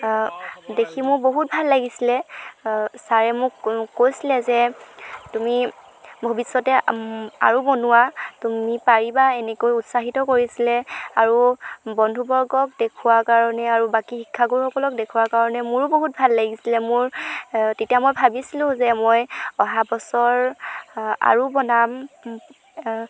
দেখি মোৰ বহুত ভাল লাগিছিলে ছাৰে মোক কৈছিলে যে তুমি ভৱিষ্যতে আৰু বনোৱা তুমি পাৰিবা এনেকৈ উৎসাহিত কৰিছিলে আৰু বন্ধুবৰ্গক দেখুওৱাৰ কাৰণে আৰু বাকী শিক্ষাগুৰুসকলক দেখুওৱাৰ কাৰণে মোৰো বহুত ভাল লাগিছিলে মোৰ তেতিয়া মই ভাবিছিলোঁ যে মই অহা বছৰ আৰু বনাম